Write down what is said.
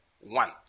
One